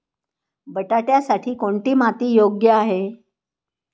बटाट्यासाठी कोणती माती योग्य आहे?